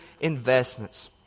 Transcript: investments